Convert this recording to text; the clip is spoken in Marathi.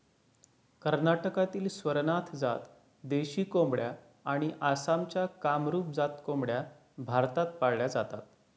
कर्नाटकातील स्वरनाथ जात देशी कोंबड्या आणि आसामच्या कामरूप जात कोंबड्या भारतात पाळल्या जातात